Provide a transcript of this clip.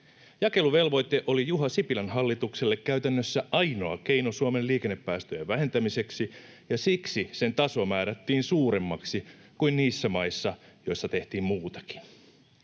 Jakeluvelvoite oli Juha Sipilän hallitukselle käytännössä ainoa keino Suomen liikennepäästöjen vähentämiseksi, ja siksi sen taso määrättiin suuremmaksi kuin niissä maissa, joissa tehtiin muutakin.